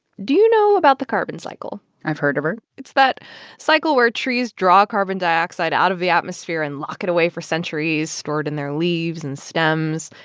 do you know about the carbon cycle? i've heard of her it's that cycle where trees draw carbon dioxide out of the atmosphere and lock it away for centuries, store it in their leaves and stems,